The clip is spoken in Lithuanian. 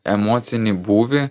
emocinį būvį